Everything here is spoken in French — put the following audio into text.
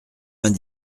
vingt